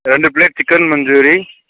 రెండు plate chicken manchurian